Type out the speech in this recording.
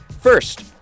first